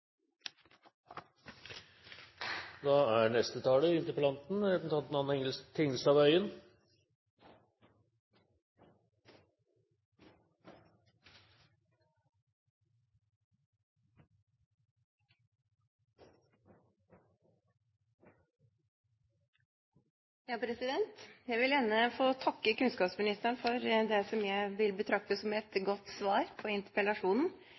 Jeg vil gjerne få takke kunnskapsministeren for det som jeg vil betrakte som et godt svar på interpellasjonen.